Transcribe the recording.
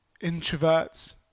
Introverts